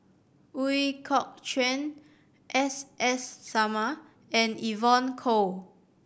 Ooi Kok Chuen S S Sarma and Evon Kow